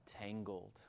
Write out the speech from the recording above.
tangled